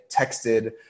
texted